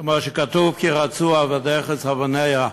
כמו שכתוב: "כי רצו עבדיך את אבניה".